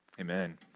Amen